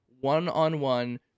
one-on-one